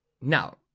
Now